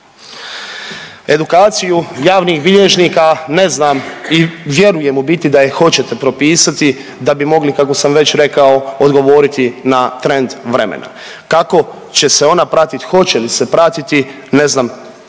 Edukaciju javnih bilježnika ne znam i vjerujem u biti da hoćete propisati da bi mogli kako sam već rekao odgovoriti na trend vremena. Kako će se ona pratiti, hoće li se pratiti ne znam